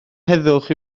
heddwch